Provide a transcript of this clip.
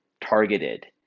targeted